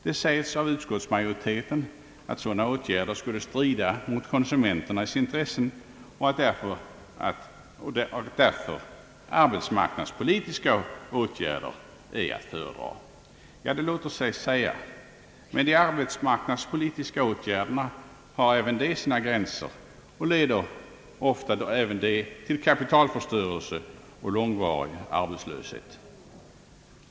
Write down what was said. Det säges av utskottsmajoriteten att sådana åtgärder skulle strida mot konsumenternas intressen och att därför arbetsmarknadspolitiska åtgärder är att föredra. Det låter sig säga, men de arbetsmarknadspolitiska åt gärderna har även de sina brister och leder ofta till kapitalförstörelse och långvarig arbetslöshet.